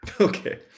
okay